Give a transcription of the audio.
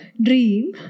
dream